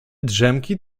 drzemki